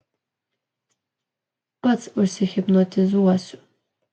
pats užsihipnotizuosiu